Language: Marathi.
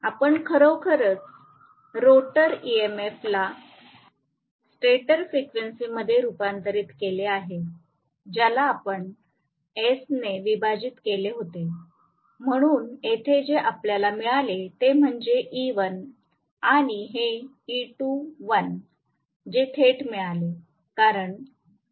आपण खरोखरच रोटर EMF ला स्टेटर फ्रिक्वेन्सीमध्ये रूपांतरित केले आहे ज्याला आपण S ने विभाजित केले होते म्हणून येथे जे आपल्याला मिळाले ते म्हणजे E1 आणि हे E2l जे थेट मिळाले